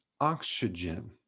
oxygen